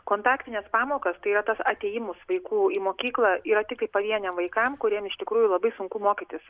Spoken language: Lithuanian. kontaktinės pamokos tai yra tas atėjimus vaikų į mokyklą yra tik pavieniam vaikam kuriem iš tikrųjų labai sunku mokytis